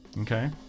Okay